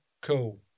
cool